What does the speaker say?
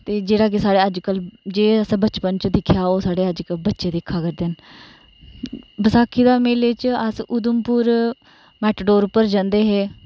ते जेह्ड़ा के साढ़ै अजकल जे असें बचपन च दिक्खेआ हा ओह् अजकल साढ़े बच्चे दिक्खा करदे न बसाखी दे मेले अस ऊधमपुर मैटाडोर उप्पर जंदे हे